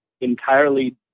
entirely